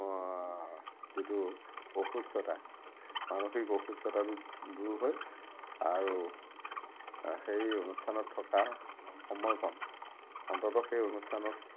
যিটো অসুস্থতা মানসিক অসুস্থতাটো দূৰ হয় আৰু সেই অনুষ্ঠানত থকা সময়কণ অন্ততঃ সেই অনুষ্ঠানত